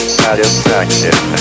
satisfaction